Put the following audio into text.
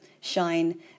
shine